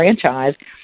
franchise